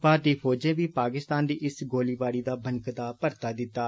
भारती फौजै बी पाकिस्तान दी इस गोलाबारी दा बनकदा परता दित्ता